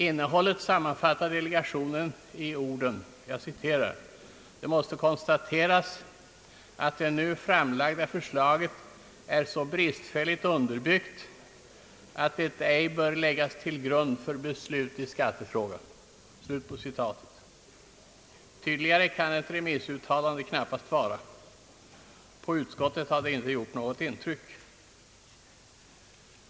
Innehållet sammanfattar delegationen i orden att det »måste konstateras att det nu framlagda förslaget är så bristfälligt underbyggt, att det ej bör läggas till grund för beslut i skattefrågan». Tydligare kan ett remissuttalande knappast vara. På utskottet har det inte gjort något intryck.